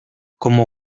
como